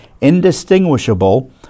indistinguishable